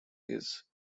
his